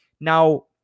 Now